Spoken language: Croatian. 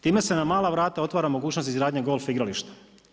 Time se na mala vrata otvara mogućnost izgradnje golf igrališta.